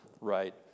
right